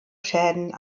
schäden